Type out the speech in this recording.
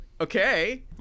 okay